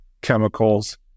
chemicals